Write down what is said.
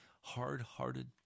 hard-hearted